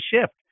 shift